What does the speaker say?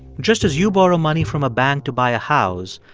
just as you borrow money from a bank to buy a house,